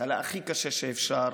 חלה הכי קשה שאפשר,